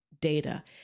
data